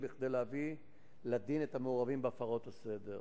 כדי להביא לדין את המעורבים בהפרות הסדר.